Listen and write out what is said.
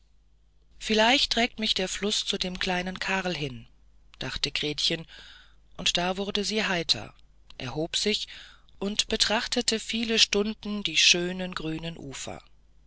vielleicht trägt mich der fluß zu dem kleinen karl hin dachte gretchen und da wurde sie heiter erhob sich und betrachtete viele stunden die schönen grünen ufer